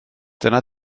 dyna